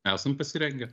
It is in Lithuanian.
esam pasirengę